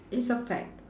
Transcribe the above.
it's a fact